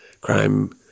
crime